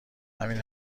همین